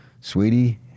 Sweetie